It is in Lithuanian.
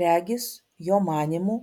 regis jo manymu